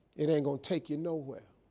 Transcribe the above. it ain't gonna take you nowhere.